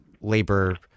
labor